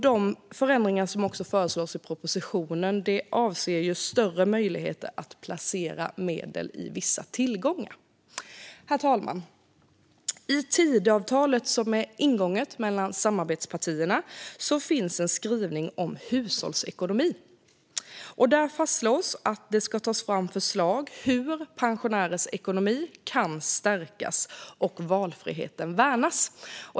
De ändringar som föreslås i propositionen avser större möjligheter att placera medel i vissa slags tillgångar. Herr talman! I Tidöavtalet som är ingånget mellan samarbetspartierna finns en skrivning om hushållsekonomi där det fastslås att det ska tas fram förslag på hur pensionärers ekonomi kan stärkas och valfriheten värnas.